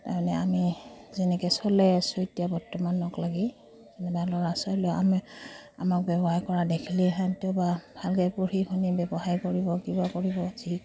তাৰমানে আমি যেনেকৈ চলাই আছোঁ এতিয়া বৰ্তমানক লাগি যেনে ল'ৰা ছোৱালীও আমি আমাক ব্যৱসায় কৰা দেখিলে সিহঁতেও বা ভালকৈ পঢ়ি শুনি ব্যৱসায় কৰিব কিবা কৰিব যি